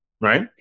right